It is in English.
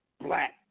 black